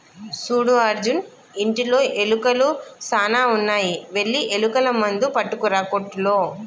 సూడు అర్జున్ ఇంటిలో ఎలుకలు సాన ఉన్నాయి వెళ్లి ఎలుకల మందు పట్టుకురా కోట్టులో